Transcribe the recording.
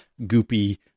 goopy